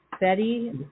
Betty